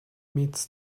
meets